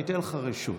אני אתן לך רשות.